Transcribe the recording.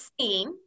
seen